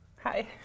Hi